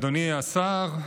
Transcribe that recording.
אדוני השר,